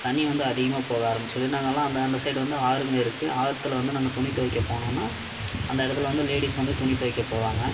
தண்ணி வந்து அதிகமாக போக ஆரம்பிச்சிது நாங்களாம் அந்த அந்த சைட் வந்து ஆறுங்க இருக்கு ஆத்தில் வந்து நாங்கள் துணி துவைக்க போனோன்னா அந்த இடத்துல வந்து லேடிஸ் வந்து துணி துவைக்க போவாங்க